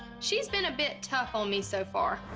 she's been a bit tough on me so far.